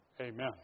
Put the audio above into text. amen